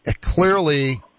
Clearly